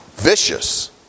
vicious